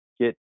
get